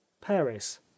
paris